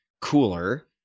cooler